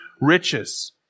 riches